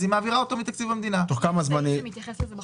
יש סעיף שמתייחס לזה.